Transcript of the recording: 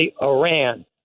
Iran